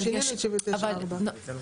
תראי,